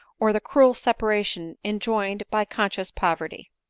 or the cruel separation enjoined by conscious poverty.